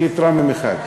יש לי יתרה ממיכל.